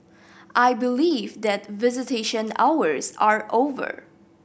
I believe that visitation hours are over